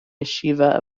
yeshiva